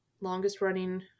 longest-running